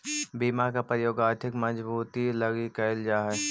बीमा के प्रयोग आर्थिक मजबूती लगी कैल जा हई